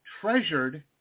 Treasured